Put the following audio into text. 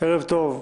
ערב טוב,